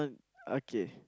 okay